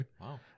Wow